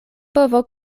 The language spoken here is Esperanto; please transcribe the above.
povo